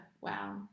Wow